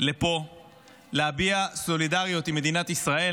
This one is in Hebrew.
לפה להביע סולידריות עם מדינת ישראל.